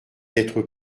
d’être